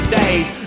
days